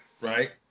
Right